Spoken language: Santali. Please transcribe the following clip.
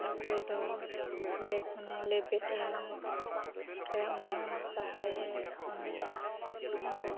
ᱚᱠᱚᱭ ᱫᱚ ᱚᱸᱰᱮ ᱠᱷᱚᱱᱮ ᱞᱮᱵᱮᱫ ᱮᱭᱟ ᱩᱱᱤ ᱦᱚᱸ ᱥᱟᱦᱟᱭᱮᱢ ᱚᱱᱟ ᱚᱱᱮ